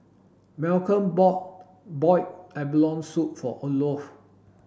Malcolm bought boiled abalone soup for Olof